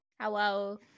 Hello